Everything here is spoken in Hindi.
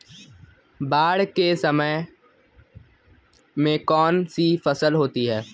बाढ़ के समय में कौन सी फसल होती है?